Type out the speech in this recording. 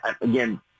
again